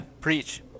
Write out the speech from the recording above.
preach